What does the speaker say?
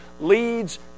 leads